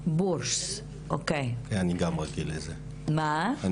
יו"ר מועצת הקולנוע,